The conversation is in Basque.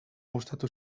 gustatu